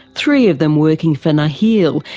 three of them working for nakheel,